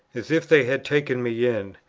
as if they had taken me in,